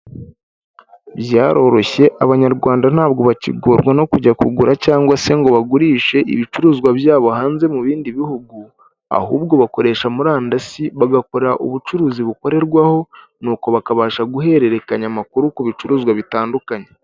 Byaroroshye abanyarwanda ntabwo bakigomwa no kujya kugura cyangwa se ngo bagurishe ibicuruzwa byabo hanze mu bindi bihugu, ahubwo bakoresha murandasi bagakora ubucuruzi bukorerwaho n'uko bakabasha guhererekanya amakuru ku bicuruzwa bitandukanye.